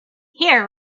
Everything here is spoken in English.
here